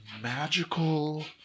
magical